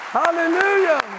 hallelujah